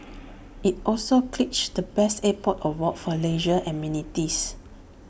IT also clinched the best airport award for leisure amenities